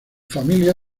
familia